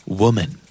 woman